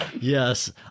Yes